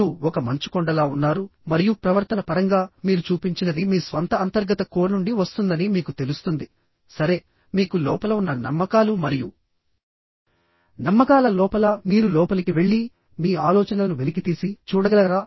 మీరు ఒక మంచుకొండలా ఉన్నారు మరియు ప్రవర్తన పరంగా మీరు చూపించినది మీ స్వంత అంతర్గత కోర్ నుండి వస్తుందని మీకు తెలుస్తుంది సరే మీకు లోపల ఉన్న నమ్మకాలు మరియునమ్మకాల లోపల మీరు లోపలికి వెళ్లి మీ ఆలోచనలను వెలికితీసి చూడగలరా